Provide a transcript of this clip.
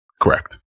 Correct